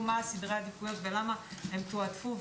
מה סדרי העדיפויות ולמה הם תועדפו,